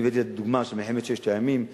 אני הבאתי את הדוגמה של מלחמת ששת הימים,